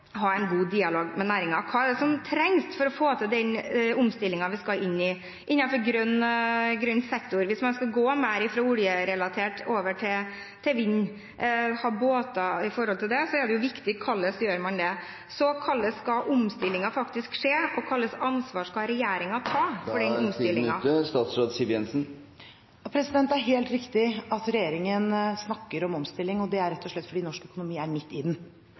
ha en god dialog med næringen. Hva er det som trengs for å få til den omstillingen vi skal inn i innenfor grønn sektor? Hvis man skal gå fra mer oljerelatert og over til vind – ha båter når det gjelder det – er det viktig hvordan man gjør det. Hvordan skal omstillingen skje, og hvilket ansvar skal regjeringen ta for omstillingen? Taletiden er ute. Statsråd Siv Jensen – vær så god. Det er helt riktig at regjeringen snakker om omstilling. Det er rett og slett fordi norsk økonomi er midt i den.